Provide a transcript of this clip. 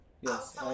Yes